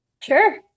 Sure